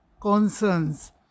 concerns